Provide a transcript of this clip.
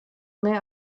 mehr